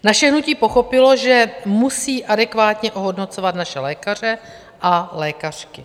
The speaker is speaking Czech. Naše hnutí pochopilo, že musí adekvátně ohodnocovat naše lékaře a lékařky.